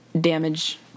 damage